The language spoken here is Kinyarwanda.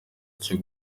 cyo